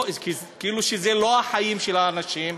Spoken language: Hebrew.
כאילו שזה לא החיים של האנשים,